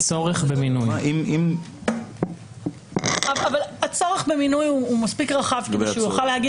הצורך במינוי הוא מספיק רחב כדי שהוא יוכל להגיד